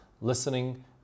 listening